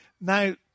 Now